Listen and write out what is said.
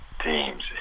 teams